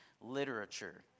literature